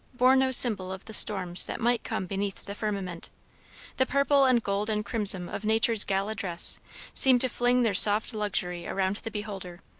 bore no symbol of the storms that might come beneath the firmament the purple and gold and crimson of nature's gala dress seemed to fling their soft luxury around the beholder,